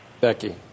Becky